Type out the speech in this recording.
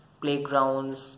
playgrounds